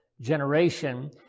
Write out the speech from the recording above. generation